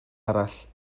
arall